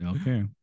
Okay